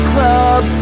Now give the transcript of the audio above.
Club